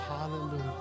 Hallelujah